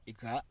Ika